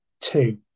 two